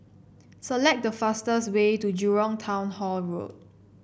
select the fastest way to Jurong Town Hall Road